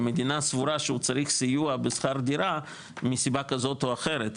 אם המדינה סבורה שהוא צריך סיוע בשכר דירה מסיבה כזאת או אחרת,